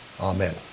Amen